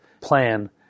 plan